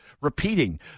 repeating